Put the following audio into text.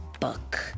book